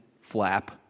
flap